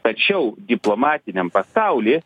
tačiau diplomatiniam pasauly